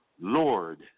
Lord